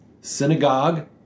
Synagogue